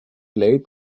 blade